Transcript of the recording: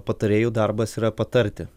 patarėjų darbas yra patarti